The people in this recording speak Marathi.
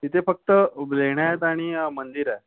तिथे फक्त ब लेण्या आहेत आणि मंदिर आहे